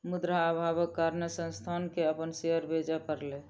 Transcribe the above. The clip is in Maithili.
मुद्रा अभावक कारणेँ संस्थान के अपन शेयर बेच पड़लै